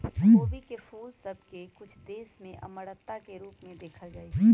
खोबी के फूल सभ के कुछ देश में अमरता के रूप में देखल जाइ छइ